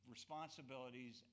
responsibilities